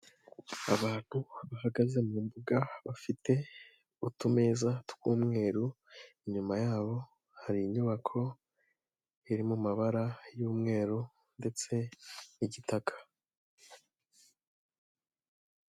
Abantu bahagaze mu mbuga bafite utumeza tw'umweru, inyuma yabo hari inyubako iri mu mabara y'umweru ndetse n'igitaka.